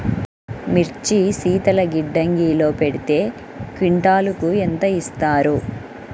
మిర్చి శీతల గిడ్డంగిలో పెడితే క్వింటాలుకు ఎంత ఇస్తారు?